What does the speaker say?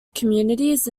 communities